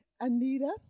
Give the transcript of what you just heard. Anita